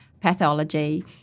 pathology